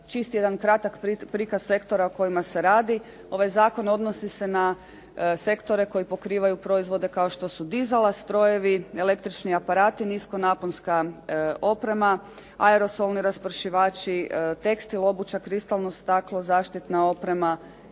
Čist jedan kratak prikaz sektora o kojima se radi. Ovaj zakon odnosi se na sektore koji pokrivaju proizvode kao što su dizala, strojevi, električni aparati, niskonaponska oprema, aerosolni raspršivači, tekstil obuća, kristalno staklo, zaštitna oprema